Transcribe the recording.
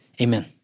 Amen